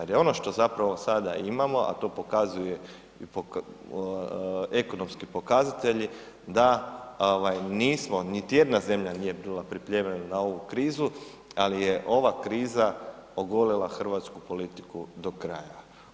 Jer ono što zapravo sada imamo, a to pokazuje i ekonomski pokazatelji da ovaj nismo, niti jedna zemlja nije bila pripremljena na ovu krizu, ali je ova kriza ogolila hrvatsku politiku do kraja.